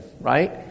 right